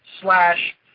Slash